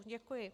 Děkuji.